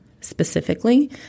specifically